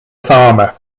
farmer